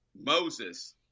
Moses